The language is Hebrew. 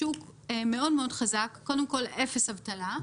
אנחנו שואלים את הבנקים וגם בודקים בעצמנו,